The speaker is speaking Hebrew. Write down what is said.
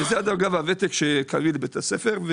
וזאת הדרגה והוותק של בית הספר.